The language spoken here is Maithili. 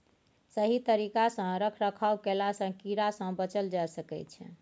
सही तरिका सँ रख रखाव कएला सँ कीड़ा सँ बचल जाए सकई छै